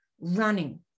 running